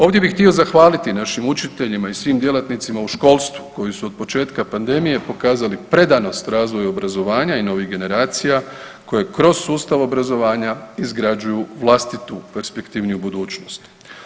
Ovdje bih htio zahvaliti našim učiteljima i svim djelatnicima u školstvu, koji su od početka pandemije pokazali predanost razvoju obrazovanja i novih generacija koji kroz sustav obrazovanja izgrađuju vlastitu perspektivniju budućnost.